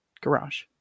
garage